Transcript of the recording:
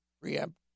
preempt